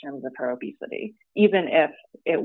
terms of her obesity even i